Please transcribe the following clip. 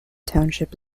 township